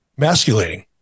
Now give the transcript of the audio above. Masculating